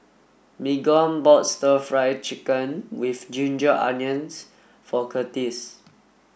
Mignon bought stir fried chicken with ginger onions for Curtis